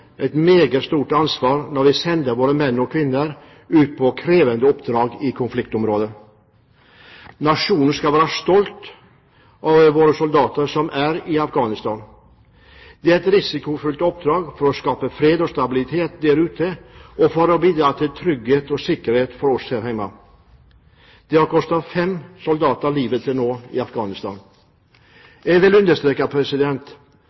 et meget stort ansvar når vi sender våre menn og kvinner ut på krevende oppdrag i konfliktområder. Nasjonen skal være stolt av våre soldater som er i Afghanistan. Det er et risikofylt oppdrag for å skape fred og stabilitet der ute, og for å bidra til trygghet og sikkerhet for oss her hjemme. Det har kostet fem soldater livet til nå i